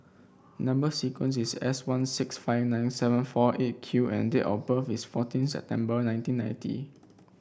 number sequence is S one six five nine seven four Eight Q and date of birth is fourteen September nineteen ninety